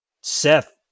Seth